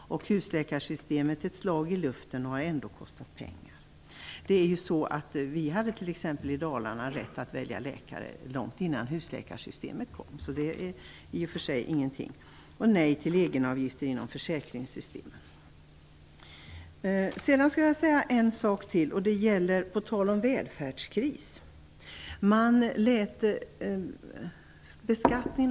Husläkarsystemet är ett slag i luften, men har ändå kostat pengar. Vi hade t.ex. i Dalarna rätt att välja läkare långt innan husläkarsystemet kom. Det är i och för sig ingenting nytt. Vi säger nej till egenavgifter inom försäkringssystemen.